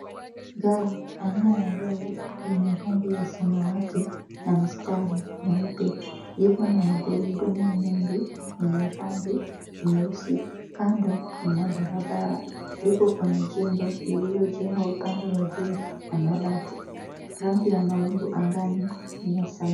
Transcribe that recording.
Gari aina ya lori lenye rangi ya samawati na mstari mweupe liko na magurudumu mengi yenye rangi nyeusi. Kando mna barabara. liko kwenye jengo lililojengwa upande wa juu na mabati. Rangi ya mawingu angani ni ya samawati.